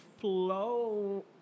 flow